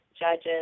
judges